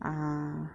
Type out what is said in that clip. err